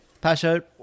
Pasha